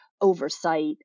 oversight